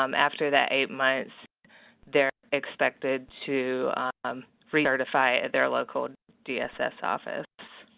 um after the eight months they're expected to um recertify at their local dss office.